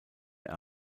mehr